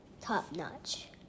top-notch